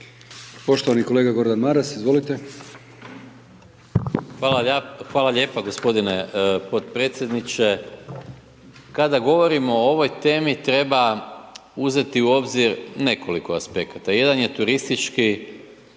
Poštovani kolega Gordan Maras. Izvolite. **Maras, Gordan (SDP)** Hvala lijepa gospodine podpredsjedniče. Kada govorimo o ovoj temi, treba uzeti u obzir nekoliko aspekata. Jedan je turistički